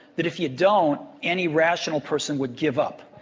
that if you don't, any rational person would give up.